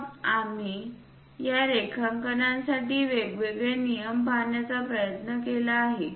मग आम्ही या रेखांकनासाठी वेगवेगळे नियम पाहण्याचा प्रयत्न केला आहे